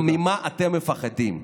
ממה אתם מפחדים?